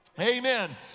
Amen